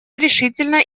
решительно